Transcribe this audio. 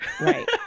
right